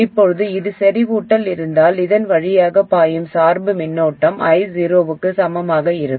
இப்போது இது செறிவூட்டலில் இருந்தால் இதன் வழியாக பாயும் சார்பு மின்னோட்டம் I0 க்கு சமமாக இருக்கும்